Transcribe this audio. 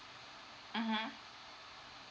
mmhmm